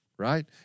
right